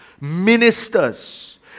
ministers